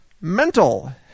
Mental